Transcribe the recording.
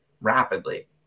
rapidly